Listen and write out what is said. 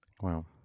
Wow